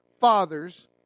Father's